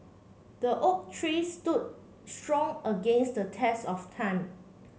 the oak tree stood strong against the test of time